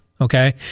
okay